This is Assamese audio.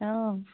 অঁ